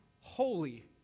holy